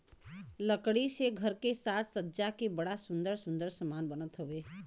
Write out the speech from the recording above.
लकड़ी से घर के साज सज्जा के बड़ा सुंदर सुंदर समान बनत हउवे